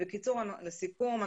לסיכום,